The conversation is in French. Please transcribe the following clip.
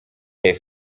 est